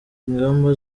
ingamba